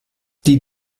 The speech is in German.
die